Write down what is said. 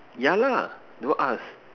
yeah lah don't ask